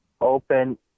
open